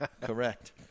Correct